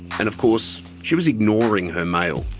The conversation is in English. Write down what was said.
kind of course, she was ignoring her mail.